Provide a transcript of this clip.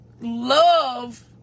love